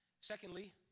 Secondly